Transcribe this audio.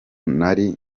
nari